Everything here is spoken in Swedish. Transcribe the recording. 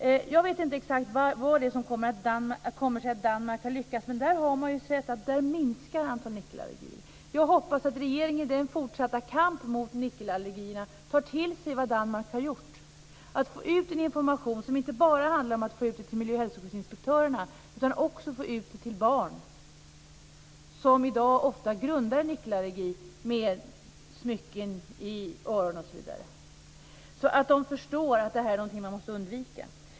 Jag vet inte exakt hur det kommer sig att Danmark har lyckats. Där har man sett att antalet nickelallergier minskar. Jag hoppas att regeringen i den fortsatta kampen mot nickelallergierna tar till sig vad Danmark har gjort och får ut information på området. Det ska då inte bara handla om att få ut information till miljö och hälsoskyddsinspektörerna utan det ska också handla om att få ut informaton till barn som i dag ofta grundar nickelallergi med smycken i öron osv. så att de förstår att det här är något som måste undvikas.